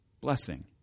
blessing